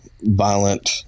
violent